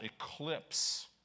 eclipse